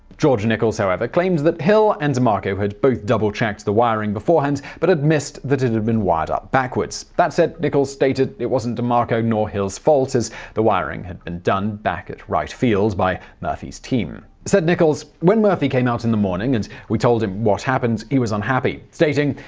george nichols, however, claimed hill and demarco had both double checked the wiring before hand, but had missed that it had been wired up backwards. that said, nichols stated it wasn't demarco nor hill's fault, as the wiring had been done back at wright field by murphy's team. said nichols, when murphy came out in the morning, and we told him what happened. he was unhappy. stating,